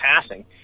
passing